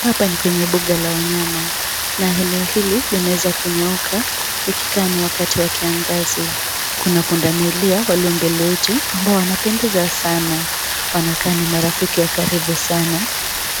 Hapa ni kwenye mbuga la wanyama na eneo hili limeweza kunyooka likikaa ni wakati wa kiangazi. Kuna punda milia walio mbele yetu ambao wanapendeza sana, wanakaa ni marafiki wa karibu sana,